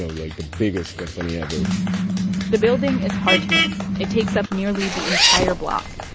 like, the biggest company ever the building is hard to miss. it takes up nearly the entire block.